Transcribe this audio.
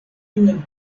une